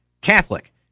Catholic